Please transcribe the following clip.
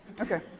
Okay